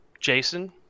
Jason